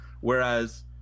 Whereas